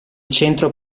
centro